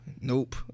nope